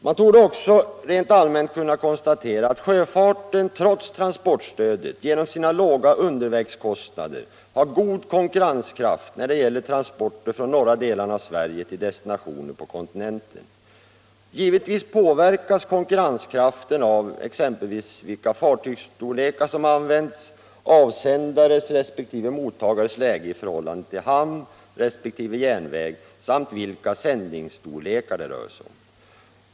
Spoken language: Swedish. Man torde också rent allmänt kunna konstatera att sjöfarten trots transportstödet genom sina låga undervägskostnader har god konkurrenskraft när det gäller transporter från norra delarna av Sverige till destinationer på kontinenten. Givetvis påverkas konkurrenskraften av exempelvis vilka fartygsstorlekar som används, avsändares resp. mottagares läge i förhållande till hamn och järnväg samt vilka sändningsstorlekar det rör sig om.